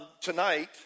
Tonight